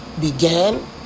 began